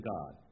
God